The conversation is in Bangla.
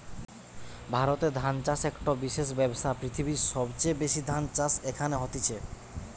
ভারতে ধান চাষ একটো বিশেষ ব্যবসা, পৃথিবীর সবচেয়ে বেশি ধান চাষ এখানে হতিছে